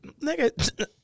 Nigga